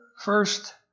first